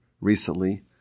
recently